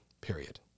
Period